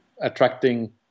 attracting